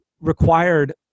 required